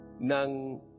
ng